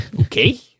Okay